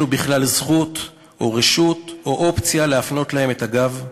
בכלל זכות או רשות או אופציה להפנות להם את הגב?